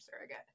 surrogate